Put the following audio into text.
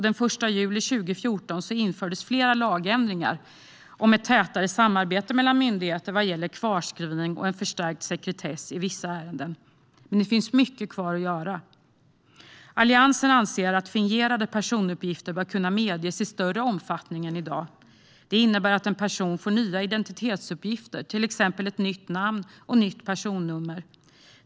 Den 1 juli 2014 infördes flera lagändringar om ett tätare samarbete mellan myndigheter vad gäller kvarskrivning och en förstärkt sekretess i vissa ärenden. Men det finns mycket kvar att göra. Alliansen anser att fingerade personuppgifter bör kunna medges i större omfattning än i dag. Det innebär att en person får nya identitetsuppgifter, till exempel ett nytt namn och nytt personnummer.